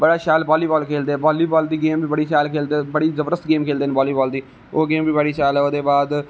जम्मू दे मुड़े होई गे बड़ा शैल बालीबाल खेलदे ना बालीबाल दी गेम बी बड़ी शैल खेलदे बड़ी जबरदस्त गेम खेलदे ना बालीबाल दी ओह् गेम बी बड़ी शैल ऐ ओहदे बाद